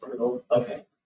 Okay